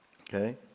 Okay